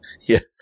yes